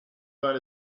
about